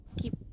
Keep